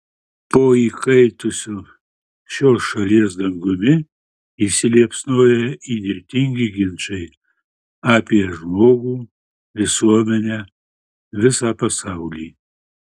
po įkaitusiu šios šalies dangumi įsiliepsnoja įnirtingi ginčai apie žmogų visuomenę visą pasaulį